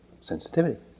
sensitivity